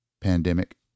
pandemic